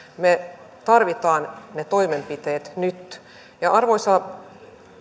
me tarvitsemme ne toimenpiteet nyt arvoisa